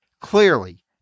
Clearly